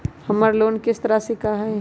हमर लोन किस्त राशि का हई?